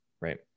right